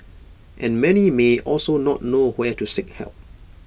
and many may also not know where to seek help